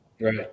Right